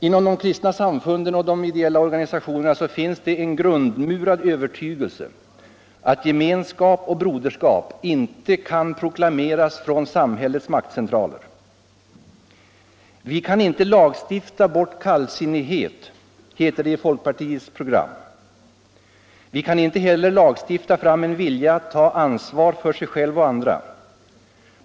Inom de kristna samfunden och de ideella organisationerna finns det en grundmurad övertygelse att gemenskap och broderskap inte kan proklameras från samhällets maktcentraler. I folkpartiprogrammet heter det bl.a.: ”Vi kan inte lagstifta bort kallsinnighet. Vi kan inte heller lagstifta fram en vilja att ta ansvar för sig själv och andra.